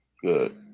Good